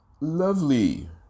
lovely